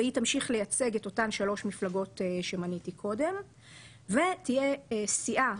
והיא תמשיך לייצג את אותן שלוש מפלגות שמניתי קודם ותהיה סיעה,